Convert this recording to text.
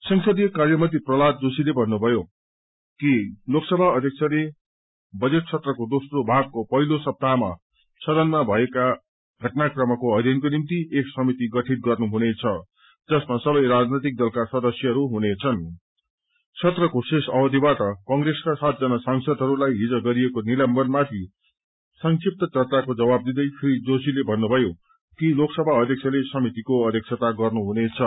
संसदीय कार्यमंत्री प्रहलाद जोशीले भन्नु भएको छ कि लोकसभा अध्यक्षले बजेट सत्रको दोस्रो भागको पहिलो सप्ताहमा सदनमा भएका घटनाक्रमको अध्ययनको निम्ति एक समिति गठित गर्नुहुनेछ जसमा सबै राजनैतिक दलका सदस्यहरू हुनेछन् सत्रको शेष अवधिबाट कंग्रेसका सातजना सांसदहरूलाई हिज गरिएको विलम्बनमाथि संक्षिप्त चर्चाको जवाब दिंदै श्री जोशीले भन्नुभ्जयो कि लोकसभा अध्यक्षले समितिकोअध्यक्षता गर्नुहुनेछ